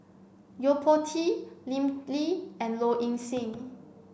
Yo Po Tee Lim Lee and Low Ing Sing